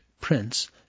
prince